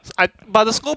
and but the school